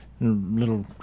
little